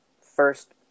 first